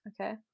okay